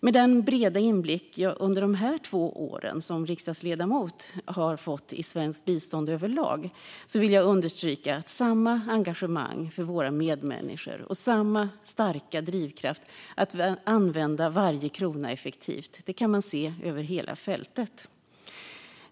Med den breda inblick jag under de här två åren som riksdagsledamot har fått i svenskt bistånd överlag vill jag understryka att samma engagemang för våra medmänniskor och samma starka drivkraft att använda varje krona effektivt kan man se över hela fältet.